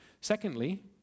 secondly